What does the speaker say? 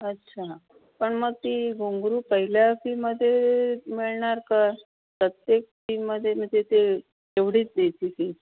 अच्छा पण मग ती घुंगरू पहिल्या फीमध्ये मिळणार का प्रत्येक फीमध्ये म्हणजे ते तेवढीच द्यायची फी